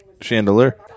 Chandelier